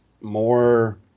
more